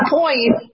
point